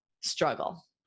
struggle